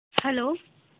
hello